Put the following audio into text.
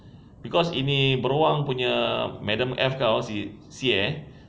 because ini beruang punya madam F kau si xie